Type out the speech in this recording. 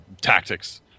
tactics